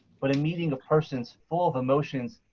but a meeting of persons full of emotions,